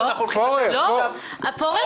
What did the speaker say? פורר, פורר.